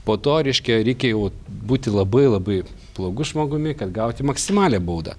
po to reiškia reikia jau būti labai labai blogu žmogumi kad gauti maksimalią baudą